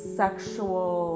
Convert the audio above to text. sexual